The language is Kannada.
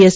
ಎಸ್